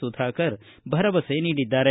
ಸುಧಾಕರ್ ಭರವಸೆ ನೀಡಿದ್ದಾರೆ